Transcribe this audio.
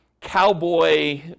cowboy